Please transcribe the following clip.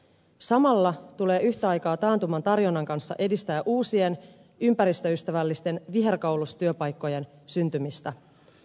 samalla tulee yhtä aikaa taantuman torjunnan kanssa edistää uusien ympäristöystävällisten viherkaulustyöpaikkojen syntymistä